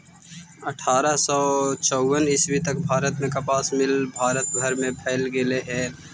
अट्ठारह सौ चौवन ईस्वी तक भारत में कपास मिल भारत भर में फैल गेले हलई